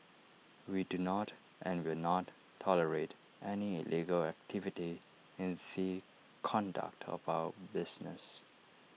we do not and will not tolerate any illegal activity in the conduct of our business